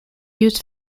used